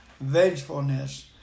vengefulness